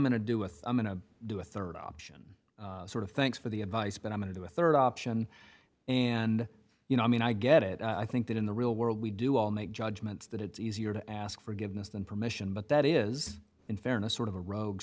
going to do with a minute do a rd option sort of thanks for the advice but i'm going to a rd option and you know i mean i get it i think that in the real world we do all make judgments that it's easier to ask forgiveness than permission but that is in fairness sort of a rogue